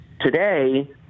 today